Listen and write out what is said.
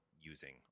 using